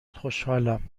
خوشحالم